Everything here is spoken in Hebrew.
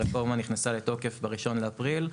הרפורמה נכנסה לתוקף ב-1 באפריל.